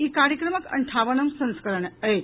ई कार्यक्रमक अंठावनम् संस्करण अछि